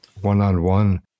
one-on-one